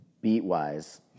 Beat-wise